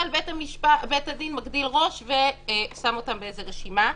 אבל בית הדין מגדיל ראש ושם אותם באיזה רשימה.